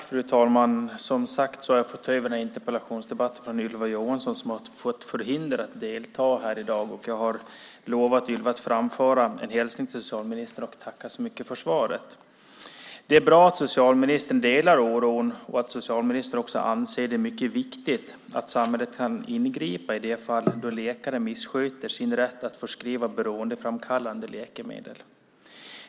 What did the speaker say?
Fru talman! Som sagts har jag fått ta över den här interpellationsdebatten från Ylva Johansson som har fått förhinder att delta här i dag. Jag har lovat Ylva att framföra en hälsning till socialministern och att tacka så mycket för svaret. Det är bra att socialministern delar oron och att socialministern också anser det mycket viktigt att samhället kan ingripa i de fall då läkare missköter sin rätt att förskriva beroendeframkallande läkemedel.